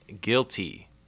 guilty